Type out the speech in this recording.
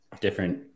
different